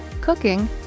cooking